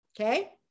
Okay